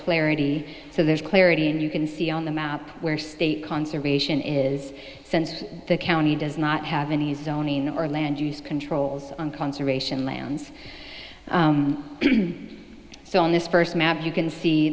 clarity so there's clarity and you can see on the map where state conservation is since the county does not have any zoning or land use controls on conservation lands so in this first map you can see